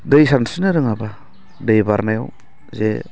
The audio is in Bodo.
दै सानस्रिनो रोङाबा दै बारनायाव जे